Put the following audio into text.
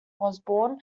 osborn